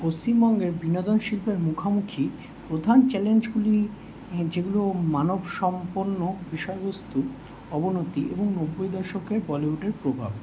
পশ্চিমবঙ্গের বিনোদন শিল্পের মুখোমুখি প্রধান চ্যালেঞ্জগুলি যেগুলো মানব সম্পন্ন বিষয়বস্তু অবনতি এবং নব্বই দশকের বলিউডের প্রভাব